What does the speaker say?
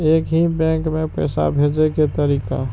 एक ही बैंक मे पैसा भेजे के तरीका?